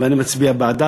ואני מצביע בעדה.